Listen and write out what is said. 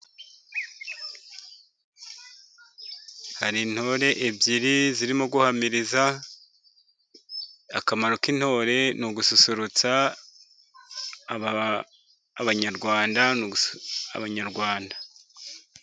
Hari intore ebyiri zirimo guhamiriza. Akamaro k'intore ni ugususurutsa Abanyarwanda, ni ugususurutsa Abanyarwanda.